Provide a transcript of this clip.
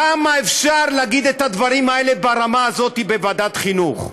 כמה אפשר להגיד את הדברים ברמה הזאת בוועדת החינוך?